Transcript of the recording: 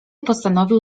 postanowił